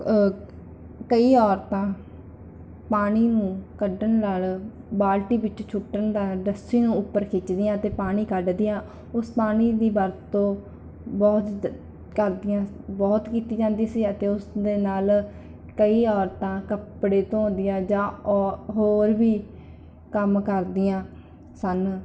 ਕਈ ਔਰਤਾਂ ਪਾਣੀ ਨੂੰ ਕੱਢਣ ਨਾਲ ਬਾਲਟੀ ਵਿੱਚ ਛੁੱਟਣ ਦਾ ਰੱਸੀ ਨੂੰ ਉੱਪਰ ਖਿੱਚਦੀਆਂ ਅਤੇ ਪਾਣੀ ਕੱਢਦੀਆਂ ਉਸ ਪਾਣੀ ਦੀ ਵਰਤੋਂ ਬਹੁਤ ਕਰਦੀਆਂ ਬਹੁਤ ਕੀਤੀ ਜਾਂਦੀ ਸੀ ਅਤੇ ਉਸ ਦੇ ਨਾਲ ਕਈ ਔਰਤਾਂ ਕੱਪੜੇ ਧੋਂਦੀਆਂ ਜਾਂ ਔ ਹੋਰ ਵੀ ਕੰਮ ਕਰਦੀਆਂ ਸਨ